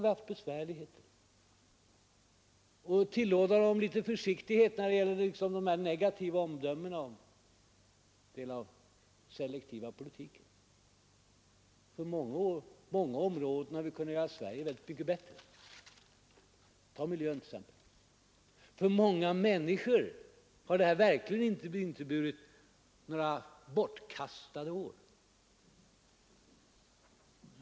Jag tillråder honom också försiktighet i hans negativa omdömen om den selektiva politiken. På många områden har vi kunnat göra Sverige mycket bättre. Tänk exempelvis på miljön. För många människor har det verkligen inte inneburit några bortkastade år.